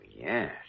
yes